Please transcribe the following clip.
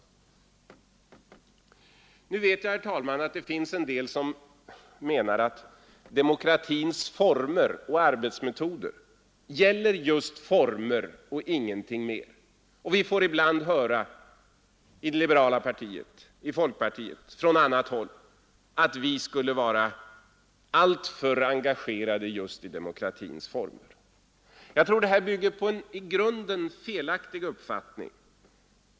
Nu vet jag, herr talman, att det finns en del som menar att demokratins former och arbetsmetoder gäller just former och ingenting mer. Vi får ibland i folkpartiet från annat håll höra att vi skulle vara alltför engagerade just i demokratins former. Jag tror det bygger på en i grunden felaktig uppfattning.